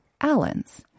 Allen's